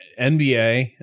NBA